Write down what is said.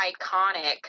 iconic